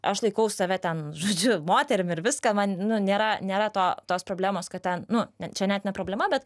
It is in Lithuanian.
aš laikau save ten žodžiu moterim ir viską man nėra nėra to tos problemos kad ten nu ne čia net ne problema bet